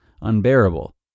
unbearable